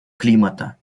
климата